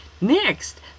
Next